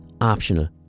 optional